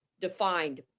defined